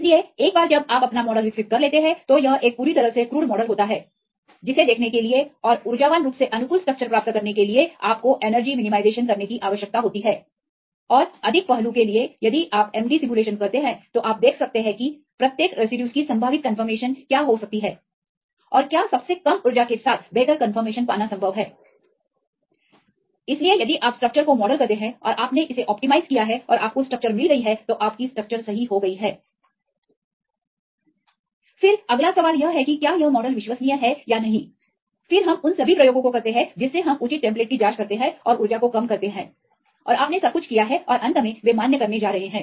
इसलिए एक बार जब आप अपना मॉडल विकसित कर लेते हैं तो यह एक पूरी तरह से क्रूड मॉडल होता है जिसे देखने के लिए और ऊर्जावान रूप से अनुकूल स्ट्रक्चर प्राप्त करने के लिए आपको एनर्जी मिनिमाइजेशन करने की आवश्यकता होती है और अधिक पहलू के लिए यदि आप एमडी सिमुलेशन करते हैं तो आप देख सकते हैं कि प्रत्येक रेसिड्यूज की संभावित कंफर्मेशन क्या हो सकती है और क्या सबसे कम ऊर्जा के साथ बेहतर कंफर्मेशन पाना संभव है ऊर्जा की स्थिति इसलिए यदि आप स्ट्रक्चर को मॉडल करते हैं और आपने इसे अनुकूलित किया है और आपको स्ट्रक्चर मिल गई है तो आपकी स्ट्रक्चर सही हो गई है फिर अगला सवाल यह है कि क्या यह मॉडल विश्वसनीय है या नहीं फिर हम उन सभी प्रयोगों को करते हैं जो हम उचित टेम्पलेट की जांच करते हैं और ऊर्जा को कम करते हैं और आपने सब कुछ किया है और अंत में वे मान्य करने जा रहे हैं